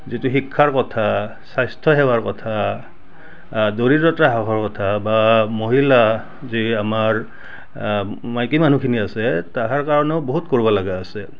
যিটো শিক্ষাৰ কথা স্বাস্থ্য সেৱাৰ কথা আ দৰিদ্ৰতা হ্ৰাসৰ কথা বা মহিলা যি আমাৰ মাইকী মানুহখিনি আছে তাহাঁতৰ কাৰণেও বহুত কৰিব লগা আছে